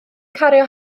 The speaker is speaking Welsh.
cario